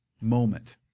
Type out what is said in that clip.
moment